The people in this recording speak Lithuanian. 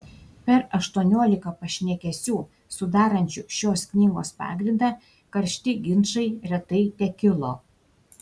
per aštuoniolika pašnekesių sudarančių šios knygos pagrindą karšti ginčai retai tekilo